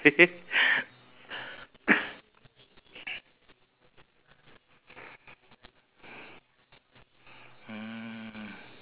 so that's the most unforgettable experience you have